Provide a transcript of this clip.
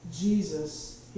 Jesus